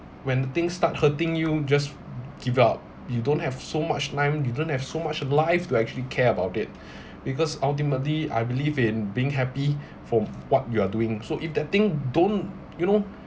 when things start hurting you just give up you don't have so much time you don't have so much life to actually care about it because ultimately I believe in being happy for what you are doing so if that thing don't you know